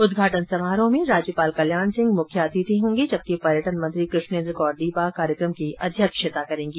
उद्घाटन समारोह में राज्यपाल कल्याण सिंह मुख्य अतिथि होगे जबकि पर्येटन मंत्री कृष्णेन्द्र कौर दीपा कार्यक्षता की अध्यक्षता करेंगी